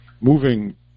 moving